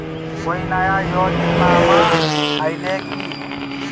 कोइ नया योजनामा आइले की?